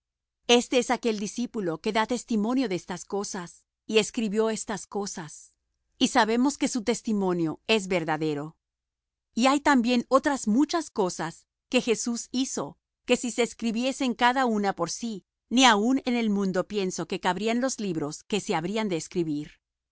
este es aquel discípulo que da testimonio de estas cosas y escribió estas cosas y sabemos que su testimonio es verdadero y hay también otras muchas cosas que hizo jesús que si se escribiesen cada una por sí ni aun en el mundo pienso que cabrían los libros que se habrían de escribir